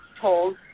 told